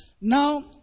Now